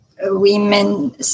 women